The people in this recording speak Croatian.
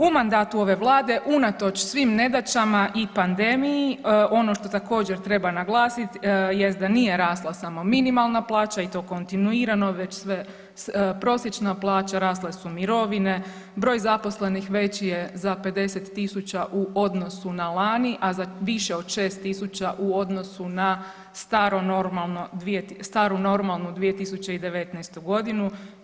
U mandatu ove Vlade unatoč svim nedaćama i pandemiji ono što također treba naglasit jest da nije rasla samo minimalna plaća i to kontinuirano već sve, prosječna plaća rasle su mirovine, broj zaposlenih veći je za 50.000 u odnosu na lani, a za više 6.000 u odnosu na staro normalno, staru normalnu 2019. godinu.